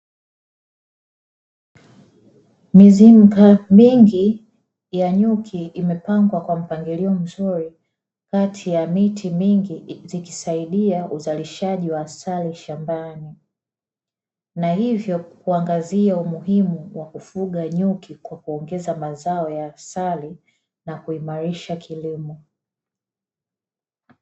Mizinga mingi ya nyuki, imepangwa kwa mpangilio mzuri, kati ya miti mingi zikisaidia uzalishaji wa asali shambani, na hivyo kuangazia umuhimu wa kufuga nyuki kwa kuongeza mazao ya asali na kuimarisha kilimo.